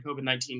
COVID-19